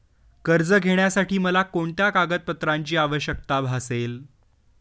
कर्ज घेण्यासाठी मला कोणत्या कागदपत्रांची आवश्यकता भासेल?